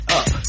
up